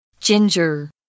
ginger